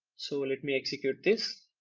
so let me execute this.